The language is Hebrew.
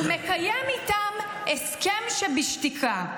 ומקיים איתם הסכם שבשתיקה: